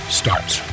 starts